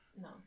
No